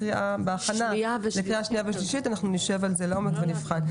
ובהכנה לקריאה שנייה ושלישית אנחנו נשב על זה ונבחן את זה לעומק.